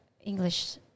English